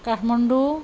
Kathmandu